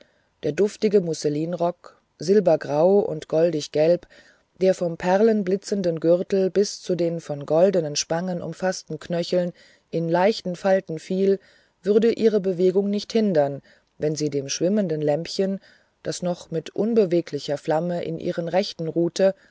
der duftige musselinrock silbergrau und goldiggelb der vom perlenblitzenden gürtel bis zu den von goldenen spangen umfaßten knöcheln in leichten falten fiel würde ihre bewegungen nicht hindern wenn sie dem schwimmenden lämpchen das noch mit unbeweglicher flamme in ihrer rechten ruhte